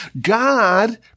God